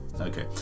Okay